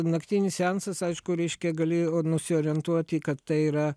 naktinis seansas aišku reiškia galėjo nusiorientuoti kad tai yra